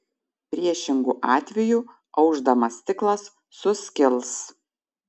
priešingu atveju aušdamas stiklas suskils